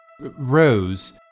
Rose